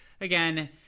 Again